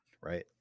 right